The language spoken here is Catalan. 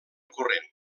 corrent